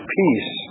peace